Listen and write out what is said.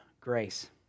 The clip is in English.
grace